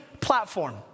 platform